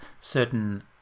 certain